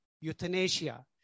euthanasia